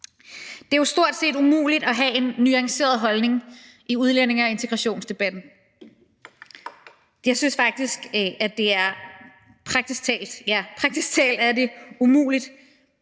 Det er jo stort set umuligt at have en nuanceret holdning i udlændinge- og integrationsdebatten. Jeg synes faktisk, at det praktisk talt er umuligt,